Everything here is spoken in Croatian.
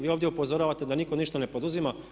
Vi ovdje upozoravate da nitko ništa ne poduzima.